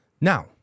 Now